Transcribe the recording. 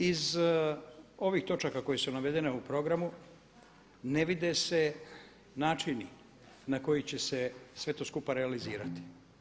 Iz ovih točaka koje su navedene u programu ne vide se načini na koji će se sve to skupa realizirati.